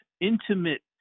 intimate